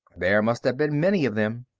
there must have been many of them.